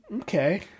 Okay